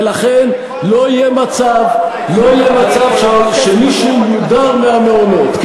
ולכן, לא יהיה מצב שמישהו יודר מהמעונות.